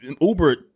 Uber